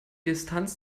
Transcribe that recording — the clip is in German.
distanz